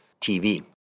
TV